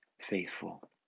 faithful